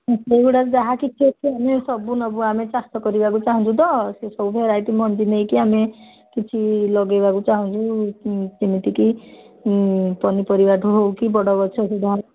ସେଗୁଡ଼ାରେ ଯାହା କିଛି ଅଛି ଆମେ ସବୁ ନେବୁ ଆମେ ଚାଷ କରିବାକୁ ଚାହୁଁଛୁ ତ ସେ ସବୁ ଭେରାଇଟି ମଞ୍ଜି ନେଇକି ଆମେ କିଛି ଲଗାଇବାକୁ ଚାହୁଁଛୁ ଯେମିତିକି ପନିପରିବାଠୁ ହେଉ କି ବଡ଼ ଗଛ